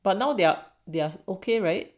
but now they're they're okay right